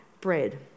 bread